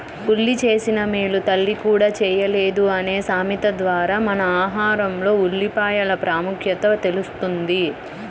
ఉల్లి చేసిన మేలు తల్లి కూడా చేయలేదు అనే సామెత ద్వారా మన ఆహారంలో ఉల్లిపాయల ప్రాముఖ్యత తెలుస్తుంది